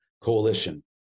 coalition